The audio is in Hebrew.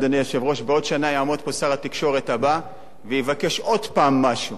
אדוני היושב-ראש: בעוד שנה יעמוד פה שר התקשורת הבא ויבקש עוד פעם משהו,